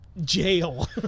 jail